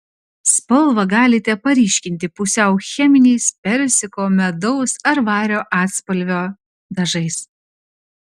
spalvą galite paryškinti pusiau cheminiais persiko medaus ar vario atspalvio dažais